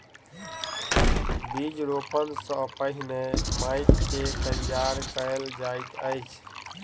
बीज रोपण सॅ पहिने माइट के तैयार कयल जाइत अछि